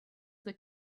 that